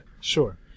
Sure